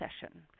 session